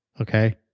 okay